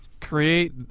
create